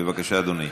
בבקשה, אדוני.